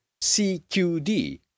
CQD